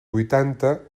vuitanta